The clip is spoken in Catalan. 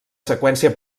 seqüència